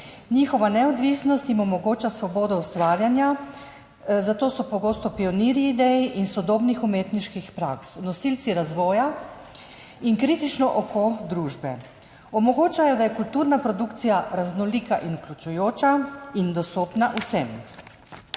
Njihova neodvisnost jim omogoča svobodo ustvarjanja, zato so pogosto pionirji idej in sodobnih umetniških praks, nosilci razvoja in kritično oko družbe. Omogočajo, da je kulturna produkcija raznolika in vključujoča in dostopna vsem.